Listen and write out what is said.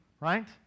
Right